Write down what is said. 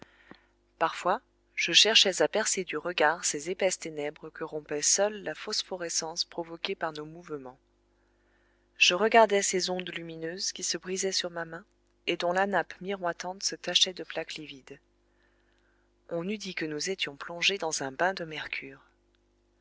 parfois je cherchais à percer du regard ces épaisses ténèbres que rompait seule la phosphorescence provoquée par nos mouvements je regardais ces ondes lumineuses qui se brisaient sur ma main et dont la nappe miroitante se tachait de plaques livides on eût dit que nous étions plongés dans un bain de mercure